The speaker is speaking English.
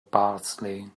parsley